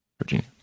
Virginia